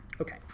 Okay